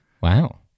Wow